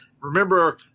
Remember